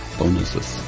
bonuses